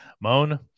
Moan